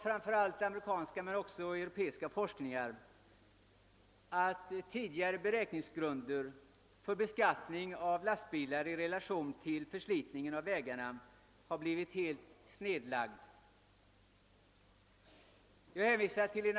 Framför allt amerikansk men även europeisk forskning har visat att tidigare beräkningsgrunder för beskattningen av lastbilar har blivit helt snedvriden, om man sätter skatten i relation till vägförslitningen.